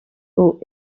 aux